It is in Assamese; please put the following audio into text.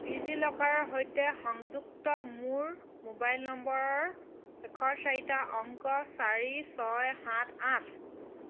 ডিজি লকাৰৰ সৈতে সংযুক্ত মোৰ মোবাইল নম্বৰৰ শেষৰ চাৰিটা অংক চাৰি ছয় সাত আঠ